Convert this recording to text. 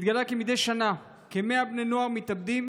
התגלה כי מדי שנה כ-100 בני נוער מתאבדים,